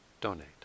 donate